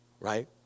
right